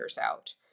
out